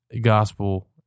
gospel